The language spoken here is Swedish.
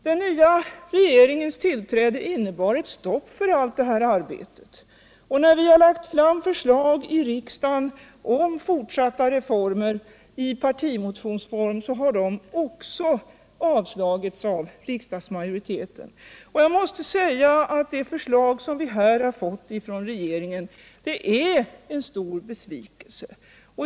Den nya regeringens tillträde innebar ett stopp för allt detta arbete. När vi i partimotionsform lagt fram förslag i riksdagen om fortsatta reformer, så har dessa avslagits av riksdagsmajoriteten. Det förslag som vi här fått från regeringen är en stor besvikelse.